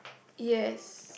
yes